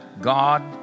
God